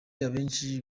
abenshi